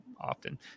often